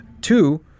Two